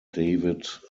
david